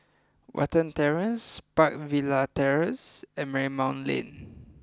Watten Terrace Park Villas Terrace and Marymount Lane